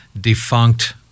defunct